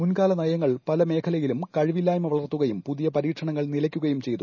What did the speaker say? മുൻകാല നയങ്ങൾ പല മേഖലകളിലും കഴിവില്ലായ്മ വളർത്തുകയും പുതിയ പരീക്ഷണങ്ങൾ നിലയ് ക്കുകയും ചെയ്തു